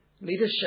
leadership